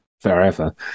forever